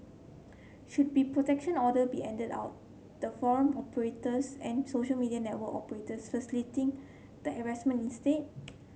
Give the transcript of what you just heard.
should be protection order be handed out the forum operators and social media network operators facilitating the harassment instead